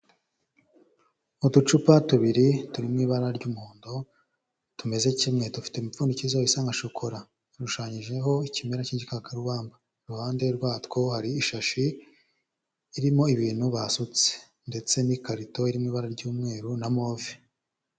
Uducupa tubiri turi mu ibara ry'umuhondo tumeze kimwe. Dufite imipfundikizo isa nka shokora. Dushushanyijeho ikimera cy'igikakarubamba. Iruhande rwatwo hari ishashi irimo ibintu basutse. Ndetse n'ikarito iri mu ibara ry'umweru na move.